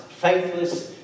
faithless